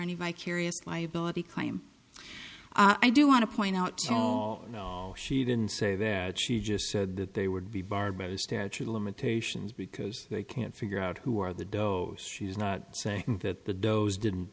any vicarious liability claim i do want to point out joel she didn't say that she just said that they would be barred by the statute of limitations because they can't figure out who are the dos she is not saying that the doe's didn't